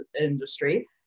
industry